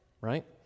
Right